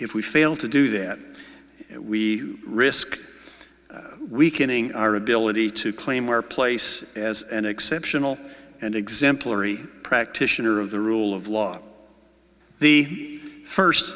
if we fail to do that we risk weakening our ability to claim our place as an exceptional and exemplary practitioner of the rule of law the first